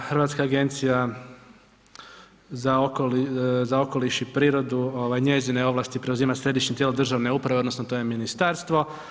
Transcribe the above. Hrvatska agencija za okoliš i prirodu, njezine ovlasti preuzima središnje tijelo državne uprave odnosno to je ministarstvo.